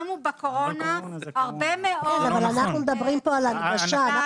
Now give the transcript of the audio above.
בקורונה קמו הרבה מאוד --- אנחנו מדברים פה על הנגשה.